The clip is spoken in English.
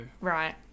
Right